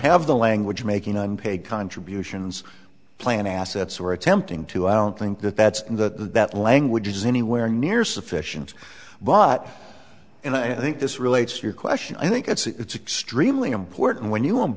have the language making unpaid contributions plan assets or attempting to i don't think that that's the that language is anywhere near sufficient but and i think this relates to your question i think it's extremely important when you